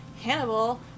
Hannibal